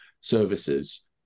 services